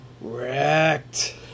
Wrecked